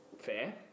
Fair